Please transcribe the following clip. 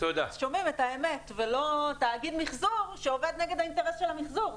אז שומעים את האמת ולא תאגיד מיחזור שעובד נגד האינטרס של המיחזור.